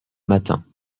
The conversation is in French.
matin